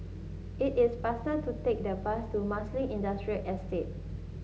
it is faster to take the bus to Marsiling Industrial Estate